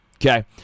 Okay